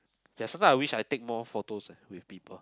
ya sometime I wish I take more photos eh with people